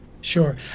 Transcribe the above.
sure